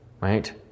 right